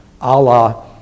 Allah